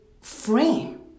frame